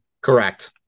Correct